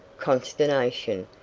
consternation,